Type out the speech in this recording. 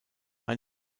ein